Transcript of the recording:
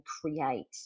create